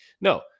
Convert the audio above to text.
no